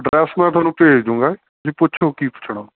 address ਮੈਂ ਤੁਹਾਨੂੰ ਭੇਜ ਦੂੰਗਾ ਤੁਸੀਂ ਪੁੱਛੋ ਕੀ ਪੁੱਛਣਾ